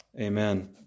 Amen